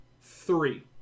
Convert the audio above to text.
three